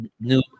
new